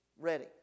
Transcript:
ready